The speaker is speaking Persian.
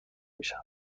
میشود